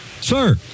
Sir